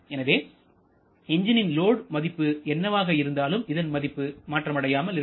எனவே எஞ்ஜினின் லோட் மதிப்பு என்னவாக இருந்தாலும் இதன் மதிப்பு மாற்றமடையாமல் இருக்கும்